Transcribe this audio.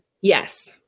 Yes